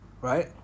Right